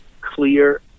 clear